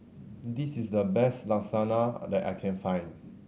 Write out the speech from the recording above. this is the best Lasagna that I can find